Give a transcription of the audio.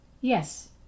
Yes